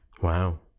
Wow